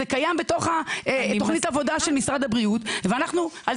זה קיים בתוך תכנית העבודה של משרד הבריאות ואנחנו על